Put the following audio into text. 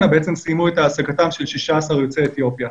בעצם סיימו את העסקתם של 16 יוצאי אתיופיה,